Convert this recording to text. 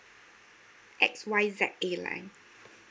X Y Z airlines